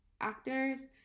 actors